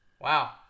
Wow